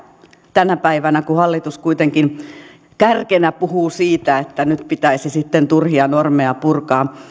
tänä päivänä kun hallitus kuitenkin kärkenä puhuu siitä että nyt pitäisi sitten turhia normeja purkaa